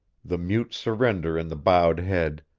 the mute surrender in the bowed head,